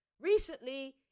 Recently